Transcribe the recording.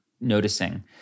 noticing